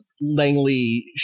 Langley